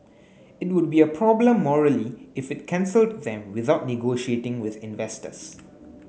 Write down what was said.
it would be a problem morally if it cancelled them without negotiating with investors